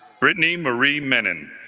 brittany marie menon and